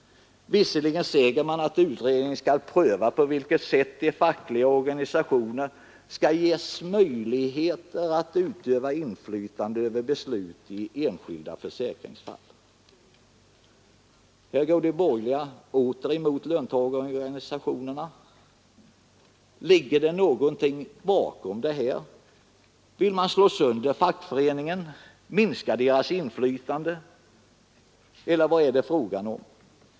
Visserligen säger man att utredningen skall pröva på vilket sätt de fackliga organisationerna skall ges möjlighet att utöva inflytande över beslut i enskilda försäkringsfall. Här går de borgerliga åter mot löntagarorganisationerna. Ligger det någonting bakom detta? Vill man slå sönder fackföreningarna, minska deras inflytande? Eller vad är det fråga om?